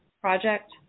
project